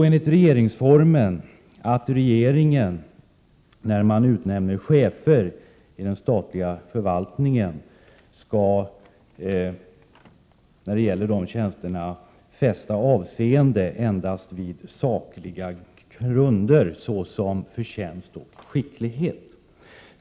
Enligt regeringsformen skall regeringen; när den utnämner chefer i den statliga förvaltningen, fästa avseende endast vid sakliga grunder såsom förtjänst och skicklighet.